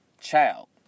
child